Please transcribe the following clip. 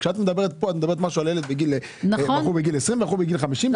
כאן את מדברת על בחור בגיל עשרים או בחור בגיל חמישים.